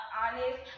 honest